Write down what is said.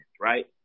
right